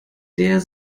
der